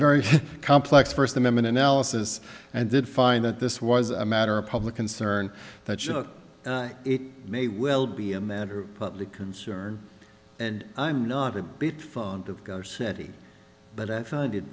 very complex first amendment analysis and did find that this was a matter of public concern that you know it may well be a matter of public concern and i'm not a bit fond of our city but i find it